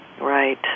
Right